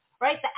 Right